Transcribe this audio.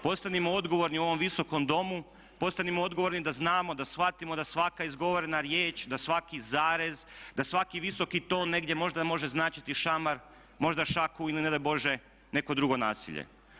Postanimo odgovorni u ovom visokom Domu, postanimo odgovorni da znamo, da shvatimo da svaka izgovorena riječ, da svaki zarez, da svaki visoki ton možda negdje može značiti šamar, možda šaku ili ne daj bože neko drugo nasilje.